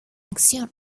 acción